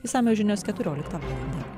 išsamios žinios keturioliktą valandą